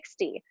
60